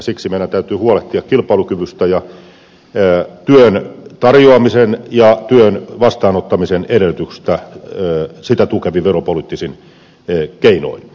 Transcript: siksi meidän täytyy huolehtia kilpailukyvystä ja työn tarjoamisen ja työn vastaanottamisen edellytyksistä sitä tukevin veropoliittisin keinoin